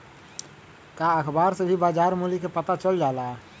का अखबार से भी बजार मूल्य के पता चल जाला?